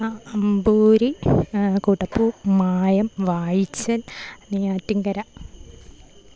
അ അമ്പൂരി കുടപൂ മായം വാഴിച്ചല് നെയ്യാറ്റിങ്കര